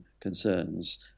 concerns